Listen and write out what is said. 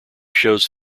shows